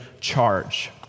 charge